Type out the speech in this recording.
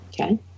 Okay